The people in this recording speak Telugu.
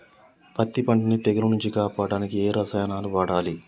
పత్తి పంటని తెగుల నుంచి కాపాడడానికి ఏ రసాయనాలను వాడాలి?